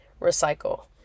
recycle